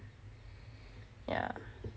yah